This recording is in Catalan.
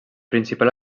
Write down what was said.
principal